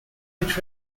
which